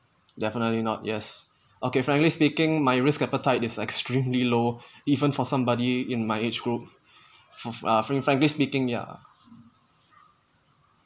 definitely not yes okay frankly speaking my risk appetite is extremely low even for somebody in my age group fr~ frankly speaking ya